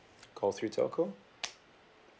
call three telco